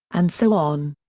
and so on.